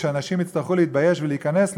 שאנשים יצטרכו להתבייש ולהיכנס לשם,